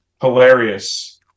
hilarious